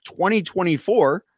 2024